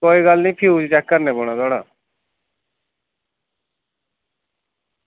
कोई गल्ल निं फ्यूज़ चेक करना पौना थुआढ़ा